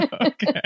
Okay